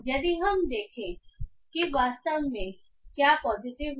यदि हम देखें कि वास्तव में क्या पॉजिटिव है